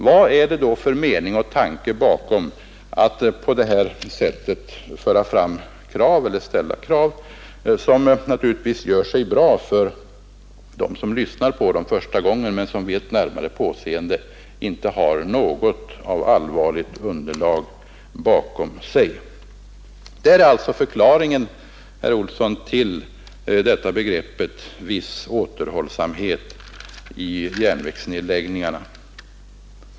Vad är det för mening och tanke bakom ställandet av sådana krav som naturligtvis gör sig bra för personer som hör dem första gången men som vid närmare påseende visar sig inte ha något allvarligt underlag? Detta är alltså förklaringen, herr Olsson, till uttrycket ”viss återhållsamhet i järnvägsnedläggningarna”.